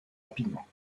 rapidement